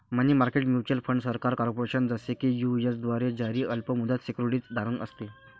मनी market mutual fund सरकार, corporation, जसे की यू.एस द्वारे जारी अल्प मुदत सिक्युरिटीज धारण असते